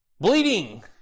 bleeding